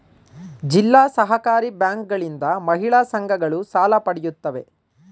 ಜಿಲ್ಲಾ ಸಹಕಾರಿ ಬ್ಯಾಂಕುಗಳಿಂದ ಮಹಿಳಾ ಸಂಘಗಳು ಸಾಲ ಪಡೆಯುತ್ತವೆ